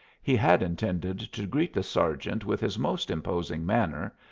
he had intended to greet the sergeant with his most imposing manner,